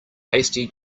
hasty